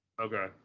Okay